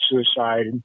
suicide